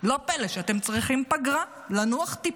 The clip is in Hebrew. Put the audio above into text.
לא פלא שאתם צריכים פגרה לנוח טיפה.